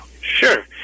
Sure